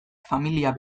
familia